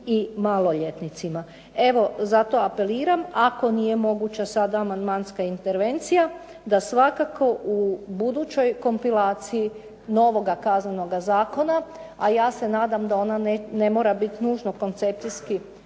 i maloljetnicima. Evo zato apeliram ako nije moguća sada amandmanska intervencija da svakako u budućoj kompilaciji novoga Kaznenoga zakona, a ja se nadam da ona ne mora biti nužno koncepcijski